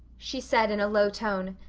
she said in a low tone,